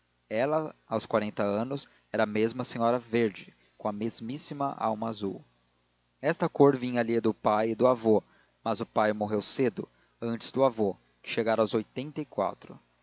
ela aos quarenta anos era a mesma senhora verde com a mesmíssima alma azul esta cor vinha-lhe do pai e do avô mas o pai morreu cedo antes do avô que chegara aos oitenta e quatro